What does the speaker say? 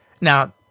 Now